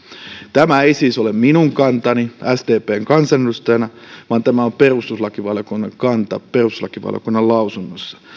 tämä ei siis ole minun kantani sdpn kansanedustajana vaan tämä on perustuslakivaliokunnan kanta perustuslakivaliokunnan lausunnossa